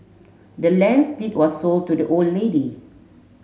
the land's deed was sold to the old lady